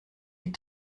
die